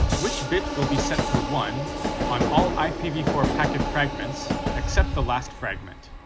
which bit will be set to one on all i p v four packet fragments except the last fragment?